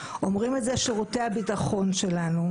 אומרים את זה שירותי הביטחון שלנו.